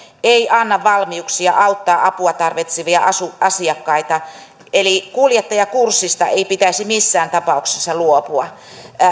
ei anna valmiuksia auttaa apua tarvitsevia asiakkaita eli kuljettajakurssista ei pitäisi missään tapauksessa luopua